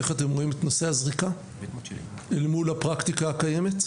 איך אתם רואים את נושא הזריקה אל מול הפרקטיקה הקיימת?